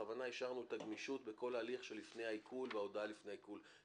ובכוונה השארנו את הגמישות בכל ההליך שלפני העיקול וההודעה לפני העיקול.